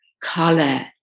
color